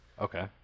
Okay